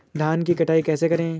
धान की कटाई कैसे करें?